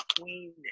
queen